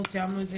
לא תיאמנו את זה,